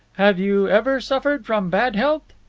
have you ever suffered from bad health?